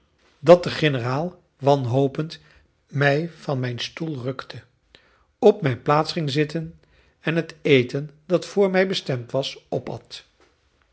dat de generaal wanhopend mij van mijn stoel rukte op mijn plaats ging zitten en het eten dat voor mij bestemd was opat